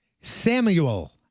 Samuel